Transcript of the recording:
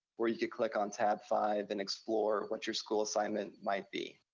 where you could click on tab five and explore what your school assignment might be.